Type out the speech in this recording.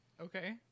Okay